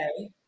okay